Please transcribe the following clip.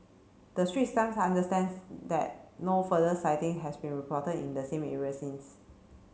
the Straits Times understands that no further sighting has been reported in the same area since